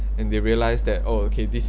and they realise that oh okay this